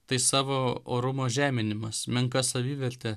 tai savo orumo žeminimas menka savivertė